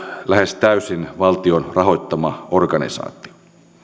lähes täysin valtion rahoittama organisaatio